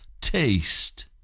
taste